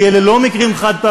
כי אלה לא מקרים חד-פעמיים,